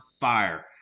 fire